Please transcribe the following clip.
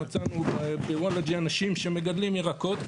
מצאנו בוולאג'ה אנשים שמגדלים ירקות,